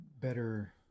better